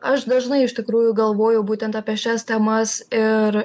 aš dažnai iš tikrųjų galvoju būtent apie šias temas ir